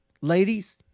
ladies